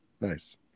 nice